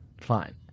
Fine